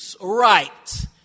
right